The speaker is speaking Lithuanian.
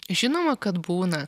žinoma kad būna